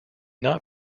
not